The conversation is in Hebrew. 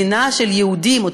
מדינה של יהודים,